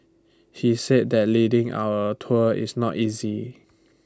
he said that leading our tour is not easy